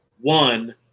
One